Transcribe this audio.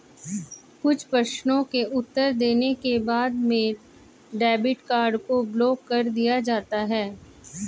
कुछ प्रश्नों के उत्तर देने के बाद में डेबिट कार्ड को ब्लाक कर दिया जाता है